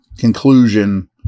conclusion